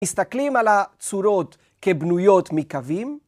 מסתכלים על הצורות כבנויות מקווים..